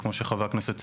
וכמו שחבר הכנסת ציין,